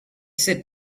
sit